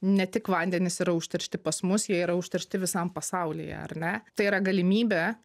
ne tik vandenys yra užteršti pas mus jie yra užteršti visam pasaulyje ar ne tai yra galimybė